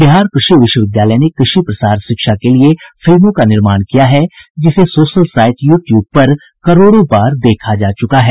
बिहार कृषि विश्वविद्यालय ने कृषि प्रसार शिक्षा के लिए फिल्मों का निर्माण किया है जिसे सोशल साईट यू ट्यूब पर करोड़ों बार देखा जा चुका है